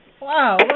Wow